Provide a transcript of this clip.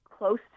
close